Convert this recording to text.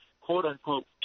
quote-unquote